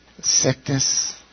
Sickness